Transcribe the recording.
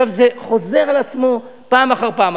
עכשיו, זה חוזר על עצמו פעם אחר פעם.